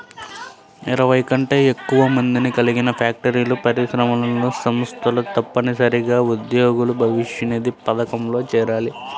ఇరవై కంటే ఎక్కువ మందిని కలిగిన ఫ్యాక్టరీలు, పరిశ్రమలు, సంస్థలు తప్పనిసరిగా ఉద్యోగుల భవిష్యనిధి పథకంలో చేరాలి